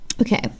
Okay